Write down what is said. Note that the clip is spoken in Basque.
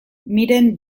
miren